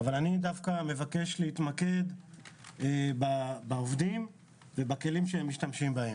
אבל אני מבקש דווקא להתמקד בעובדים ובכלים שהם משתמשים בהם.